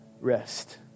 rest